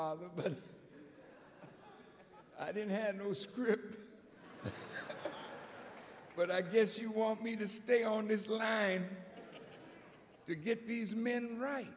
there but i don't have no script but i guess you want me to stay on this line to get these men right